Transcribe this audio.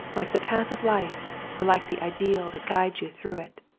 like the path of life or like the ideal that guides you through it,